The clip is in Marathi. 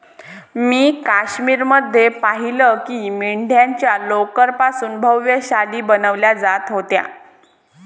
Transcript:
मी काश्मीर मध्ये पाहिलं की मेंढ्यांच्या लोकर पासून भव्य शाली बनवल्या जात होत्या